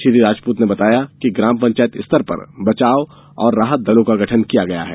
श्री राजपूत ने बताया कि ग्राम पंचायत स्तर पर बचाव और राहत दलों का गठन किया गया है